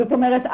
זאת אומרת,